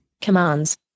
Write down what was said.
Commands